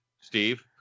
Steve